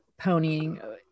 ponying